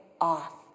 off